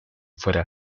fuera